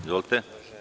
Izvolite.